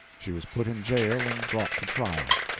she was put in jail and brought to trial.